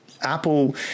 Apple